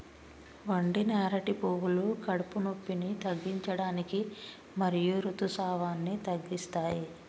వండిన అరటి పువ్వులు కడుపు నొప్పిని తగ్గించడానికి మరియు ఋతుసావాన్ని తగ్గిస్తాయి